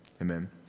amen